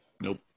Nope